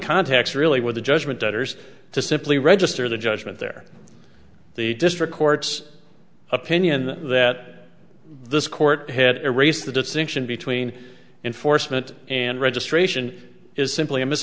contacts really with the judgment debtors to simply register the judgment there the district court's opinion that this court had erased the distinction between enforcement and registration is simply a mis